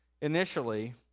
initially